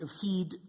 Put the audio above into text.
feed